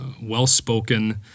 well-spoken